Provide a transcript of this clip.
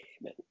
Amen